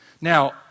Now